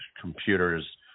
computers